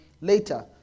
later